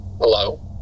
Hello